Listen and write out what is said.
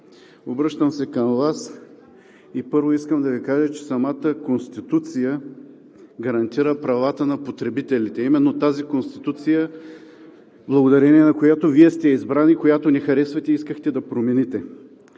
обръщам се към Вас и първо искам да Ви кажа, че самата Конституция гарантира правата на потребителите – именно тази Конституция, благодарение на която Вие сте избран, и която не харесвате и искахте да промените.